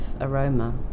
aroma